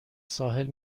ساحل